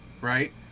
right